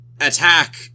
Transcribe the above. attack